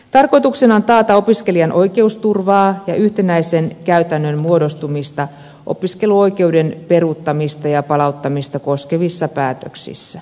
tarkoituksena on taata opiskelijan oikeusturva ja yhtenäisen käytännön muodostuminen opiskeluoikeuden peruuttamista ja palauttamista koskevissa päätöksissä